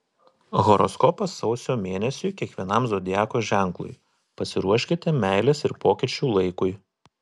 horoskopas sausio mėnesiui kiekvienam zodiako ženklui pasiruoškite meilės ir pokyčių laikui